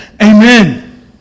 Amen